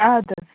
اَدٕ حظ